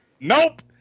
Nope